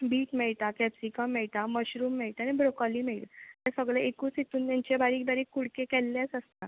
beet मेळटा capsicum मेळटा mushroom मेळटा आनी ब्रोकॉली मेळटा हें सगलें एकूच हितून तेंचे बारीक बारीक कुडके केल्लेच आसता